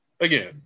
again